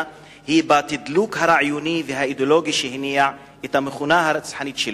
היא בתדלוק הרעיוני והאידיאולוגי שהניע את המכונה הרצחנית שלו.